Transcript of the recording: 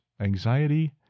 anxiety